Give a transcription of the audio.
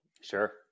Sure